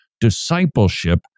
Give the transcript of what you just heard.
discipleship